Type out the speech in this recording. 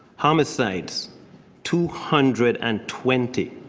homicides two hundred and twenty.